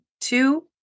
two